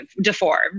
deformed